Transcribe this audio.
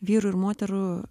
vyrų ir moterų